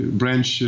branch